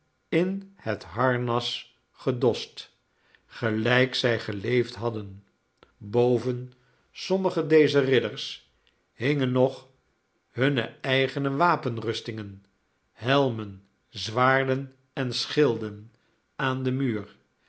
in het harnas gedost gehjk zij geleefd hadden boven sommigen dezer ridders hingen nog hunne eigene wapenrustingen helmen zwaarden en schilden aan den muur